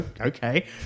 Okay